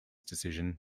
decision